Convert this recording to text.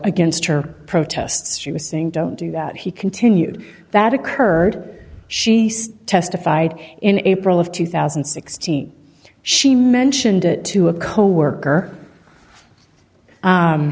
against her protests she was saying don't do that he continued that occurred she says testified in april of two thousand and sixteen she mentioned it to a coworker